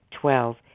Twelve